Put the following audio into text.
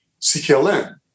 CKLN